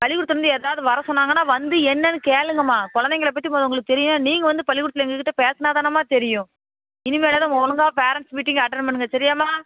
பள்ளிக்கூடத்துலிருந்து ஏதாவது வர சொன்னாங்கனால் வந்து என்னென்று கேளுங்கம்மா கொழந்தைங்கள பற்றி மொதோல் உங்களுக்குத் தெரியும் நீங்கள் வந்து பள்ளிக்கூடத்தில் எங்கள்கிட்ட பேசினாதானம்மா தெரியும் இனிமேலாவது ஒழுங்கா ஃபேரண்ட்ஸ் மீட்டிங் அட்டன்ட் பண்ணுங்க சரியாம்மா